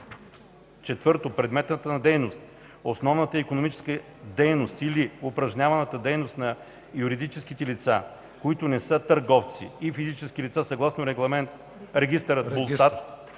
дейност; 4. предметът на дейност, основната икономическа дейност или упражняваната дейност на юридическите лица, които не са търговци и физическите лица съгласно регистър БУЛСТАТ,